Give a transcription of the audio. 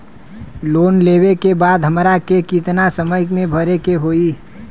Loan लेवे के बाद हमरा के कितना समय मे भरे के होई?